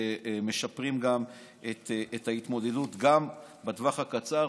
משפרים גם את ההתמודדות גם בטוח הקצר,